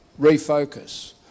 Refocus